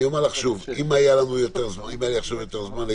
אני אומר לך שוב שאם היה עכשיו יותר זמן,